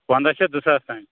پنٛداہ شیٚتھ زٕ ساس تام